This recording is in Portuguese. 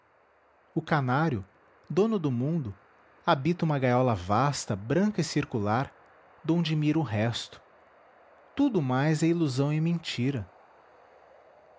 o canário dono do mundo habita uma gaiola vasta branca e circular donde mira o resto tudo o mais é ilusão e mentira